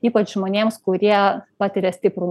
ypač žmonėms kurie patiria stiprų